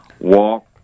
walk